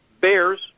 Bears